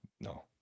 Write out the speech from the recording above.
No